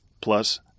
plus